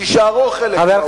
ותישארו חלק מהאומה הערבית.